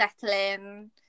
settling